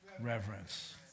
Reverence